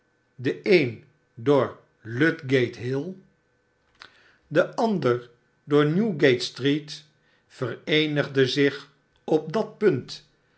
de een door ludgate hill barnaby rudge de ander door newgate-street vereenigde zich op dat punt